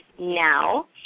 Now